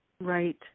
Right